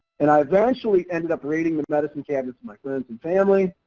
and i eventually ended up raiding the medicine cabinets of my friends and family,